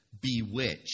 bewitched